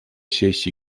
сессии